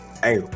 Hey